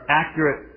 accurate